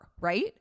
right